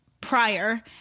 prior